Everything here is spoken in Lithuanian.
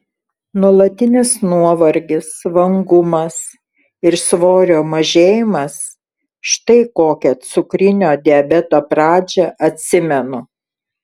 nuolatinis nuovargis vangumas ir svorio mažėjimas štai kokią cukrinio diabeto pradžią atsimenu